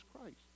Christ